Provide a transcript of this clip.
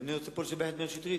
ואני רוצה פה לשבח את מאיר שטרית,